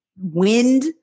wind